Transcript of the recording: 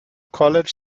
college